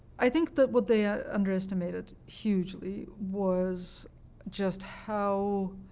i think that what they ah underestimated hugely was just how